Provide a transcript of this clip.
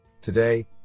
Today